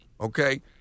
Okay